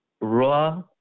raw